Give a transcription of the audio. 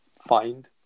find